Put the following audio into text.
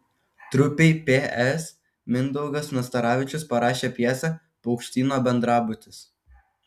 trupei ps mindaugas nastaravičius parašė pjesę paukštyno bendrabutis